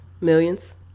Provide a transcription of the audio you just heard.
millions